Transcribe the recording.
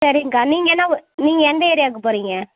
சரிங்ககா நீங்கள் என்ன ஊ நீங்கள் எந்த ஏரியாவுக்குப் போகறீங்க